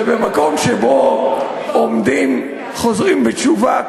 ובמקום שבו עומדים חוזרים בתשובה,